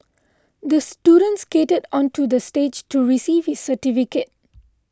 the student skated onto the stage to receive his certificate